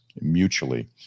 mutually